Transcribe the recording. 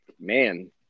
man